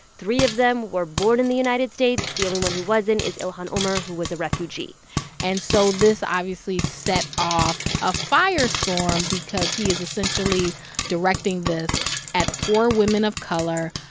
three of them were born in the united states. the only one who wasn't is ilhan omar, who was a refugee and so this obviously set off a firestorm because he is essentially directing this at four women of color.